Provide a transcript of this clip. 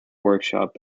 workshop